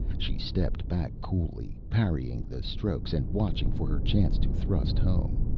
she stepped back coolly, parrying the strokes and watching for her chance to thrust home.